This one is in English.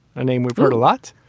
a name we've heard a lot.